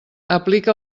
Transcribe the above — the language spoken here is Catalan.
aplica